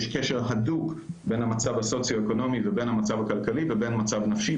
יש קשר הדוק בין המצב הסוציו-אקונומי ובין המצב הכלכלי ובין המצב הנפשי,